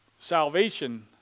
Salvation